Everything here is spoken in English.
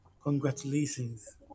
Congratulations